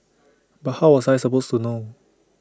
but how was I supposed to know